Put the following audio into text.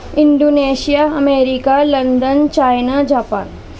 Indonesia America London China Japan